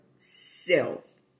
self